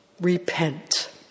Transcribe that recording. Repent